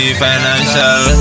financial